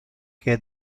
che